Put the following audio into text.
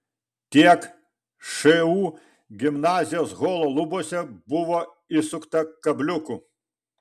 tiek šu gimnazijos holo lubose buvo įsukta kabliukų